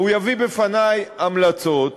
והוא יביא בפני המלצות